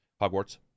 Hogwarts